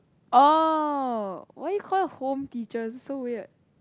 oh why you call it home teacher is so weird